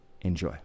Enjoy